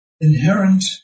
Inherent